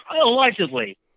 Allegedly